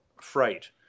freight